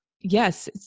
yes